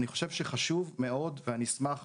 אני חושב שחשוב מאוד לקיים דיון על העניין הזה,